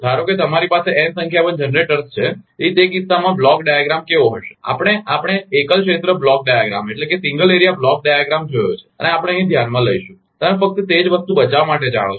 ધારો કે તમારી પાસે n સંખ્યાબંધ જનરેટર્સ છે તેથી તે કિસ્સામાં બ્લોક ડાયાગ્રામ કેવો હશે કારણ કે આપણે એકલ ક્ષેત્ર block diagram single area block diagram જોયો છે અને આપણે અહીં ધ્યાનમાં લઇશું તમે ફક્ત તે જ વસ્તુ બચાવવા માટે જાણો છો